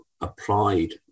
applied